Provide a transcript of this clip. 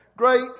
Great